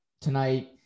tonight